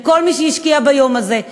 לכל מי שהשקיע ביום הזה,